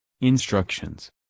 instructions